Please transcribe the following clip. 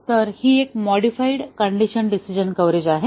तर ही एक मॉडिफाईड कण्डिशन डिसिजन कव्हरेज आहे